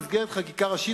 במסגרת חקיקה ראשית,